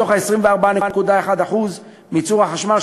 מתוך ה-24.1% מייצור החשמל,